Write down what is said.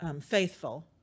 faithful